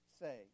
say